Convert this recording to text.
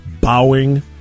bowing